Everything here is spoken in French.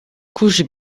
couche